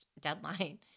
deadline